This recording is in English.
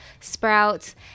sprouts